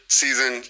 season